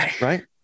right